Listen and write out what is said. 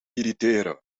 irriteren